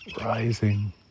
rising